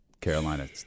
Carolina